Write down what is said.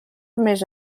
més